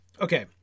okay